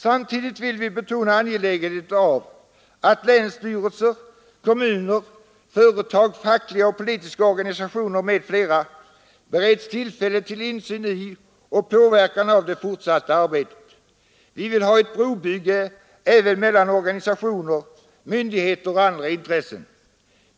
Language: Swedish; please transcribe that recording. Samtidigt vill vi betona angelägenheten av att länsstyrelser, kommuner, företag, fackliga och politiska organisationer m.fl. bereds tillfälle till insyn i och påverkan av det fortsatta arbetet. Vi vill ha ett brobygge även mellan organisationer, myndigheter och andra intressen.